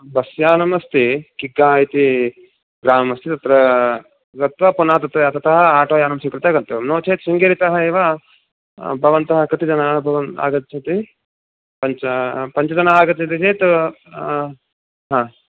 बस्यानम् अस्ति किग्गा इति ग्रामः अस्ति तत्र गत्वा पुनः तत्र ततः आटोयानं स्वीकृत्य गन्तव्यं नोचेत् शृङ्गेरीतः एव भवन्तः कति जनाः भवन् आगच्छन्ति पञ्च पञ्चजनाः आगच्छन्ति चेत् अह्